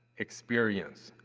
experience,